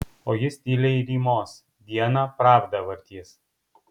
o jis tyliai rymos dieną pravdą vartys